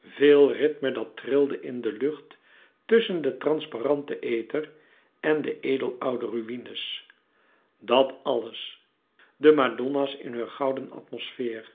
veel rythme dat trilde in de lucht tusschen den transparanten ether en de edel oude ruïne's dat alles de madonna's in heur gouden atmosfeer